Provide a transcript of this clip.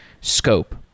scope